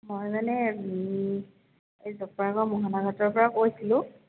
মই মানে এই জপৰা গাঁৱৰ মহনাঘাটৰপৰা কৈছিলোঁ